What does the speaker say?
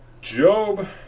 Job